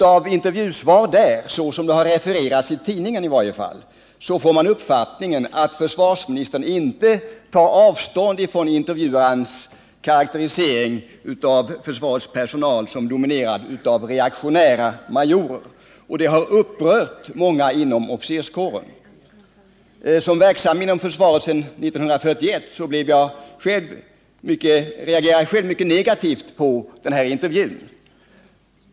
Av intervjusvar där — i varje fall såsom de har refererats i tidningen — får man uppfattningen att försvarsministern inte tar avstånd från intervjuarens karakterisering av försvarets personal såsom dominerad av reaktionära majorer. Det har upprört många inom officerskåren. Som verksam inom försvaret sedan 1941 reagerade jag själv mycket negativt på den här intervjun.